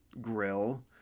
grill